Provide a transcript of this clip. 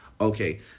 Okay